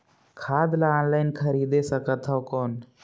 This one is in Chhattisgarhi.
खाद ला ऑनलाइन खरीदे सकथव कौन?